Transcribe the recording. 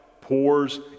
pours